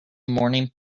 morning